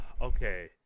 Okay